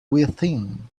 within